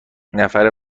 نفر